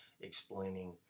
explaining